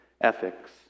ethics